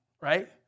right